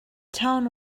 town